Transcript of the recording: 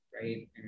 Right